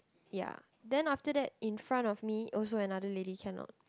ya then after that in front of me also another lady cannot